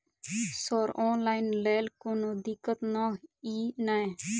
Sir online लैल कोनो दिक्कत न ई नै?